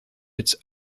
its